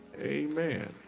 Amen